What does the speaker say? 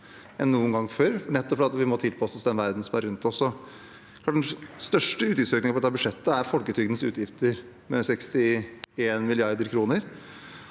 enn noen gang før nettopp fordi vi må tilpasse oss den verdenen som er rundt oss. Den største utgiftsøkningen på dette budsjettet er folketrygdens utgifter, med 61 mrd. kr,